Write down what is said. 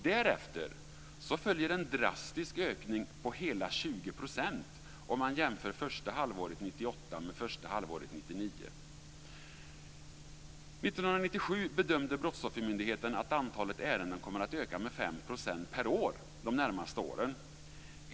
Därefter följer en drastisk ökning på hela 20 % om man jämför första halvåret 1998 med första halvåret 1999. År 1997 bedömde Brottsoffermyndigheten att antalet ärenden kommer att öka med 5 % per år de närmaste åren.